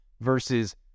Versus